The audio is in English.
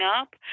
up